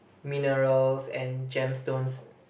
minerals and gemstones